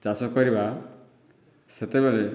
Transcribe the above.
ଚାଷ କରିବା ସେତେବେଳେ